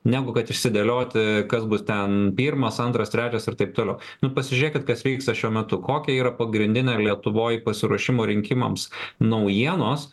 negu kad išsidėlioti kas bus ten pirmas antras trečias ir taip toliau nu pasižiūrėkit kas vyksta šiuo metu kokia yra pagrindinė lietuvoj pasiruošimo rinkimams naujienos